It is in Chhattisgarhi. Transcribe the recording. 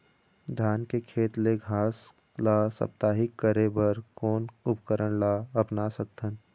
धान के खेत ले घास ला साप्ताहिक करे बर कोन उपकरण ला अपना सकथन?